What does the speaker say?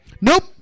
Nope